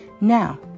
Now